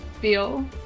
feel